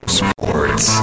sports